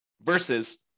versus